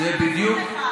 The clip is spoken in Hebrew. זה בדיוק,